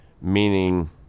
meaning